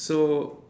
so